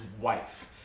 wife